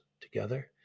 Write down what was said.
Together